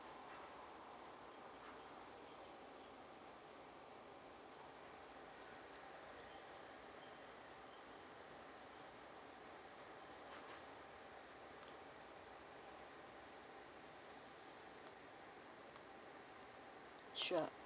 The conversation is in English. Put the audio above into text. sure